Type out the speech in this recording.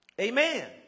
Amen